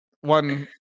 one